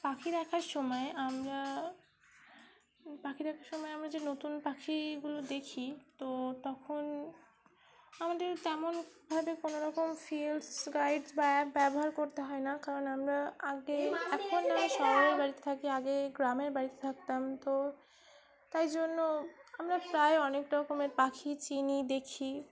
পাখি দেখার সময় আমরা পাখি দেখার সময় আমরা যে নতুন পাখিগুলো দেখি তো তখন আমাদের তেমনভাবে কোনো রকম ফিল্ড গাইডস বা অ্যাপ ব্যবহার করতে হয় না কারণ আমরা আগে এখন শহরের বাড়িতে থাকি আগে গ্রামের বাড়িতে থাকতাম তো তাই জন্য আমরা প্রায় অনেক রকমের পাখি চিনি দেখি